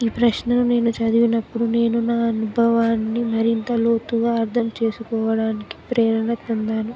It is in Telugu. ఈ ప్రశ్నలు నేను చదివినప్పుడు నేను నా అనుభవాన్ని మరింత లోతుగా అర్థం చేసుకోవడానికి ప్రేరణ పొందాను